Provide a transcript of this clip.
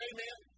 Amen